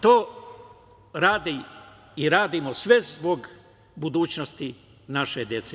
To radi i radimo sve zbog budućnosti naše dece.